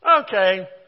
okay